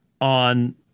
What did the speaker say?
on